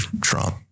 Trump